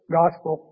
gospel